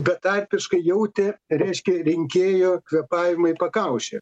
betarpiškai jautė reiškia rinkėjo kvėpavimai pakaušyje